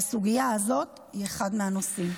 והסוגיה הזאת היא אחד מהנושאים.